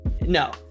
No